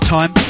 Time